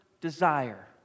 desire